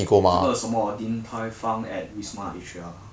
这个什么 Din Tai Fung at Wisma Atria